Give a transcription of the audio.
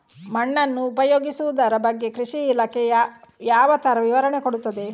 ಮಣ್ಣನ್ನು ಉಪಯೋಗಿಸುದರ ಬಗ್ಗೆ ಕೃಷಿ ಇಲಾಖೆ ಯಾವ ತರ ವಿವರಣೆ ಕೊಡುತ್ತದೆ?